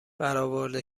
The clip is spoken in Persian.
برآورده